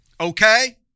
Okay